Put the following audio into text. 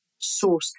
sourced